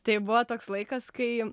tai buvo toks laikas kai